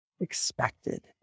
expected